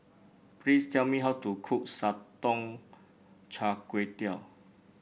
please tell me how to cook Sotong Char Kway